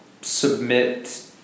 submit